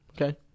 Okay